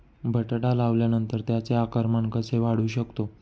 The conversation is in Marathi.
बटाटा लावल्यानंतर त्याचे आकारमान कसे वाढवू शकतो?